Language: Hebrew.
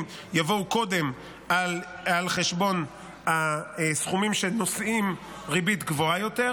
יבואו קודם על חשבון הסכומים שנושאים ריבית גבוהה יותר,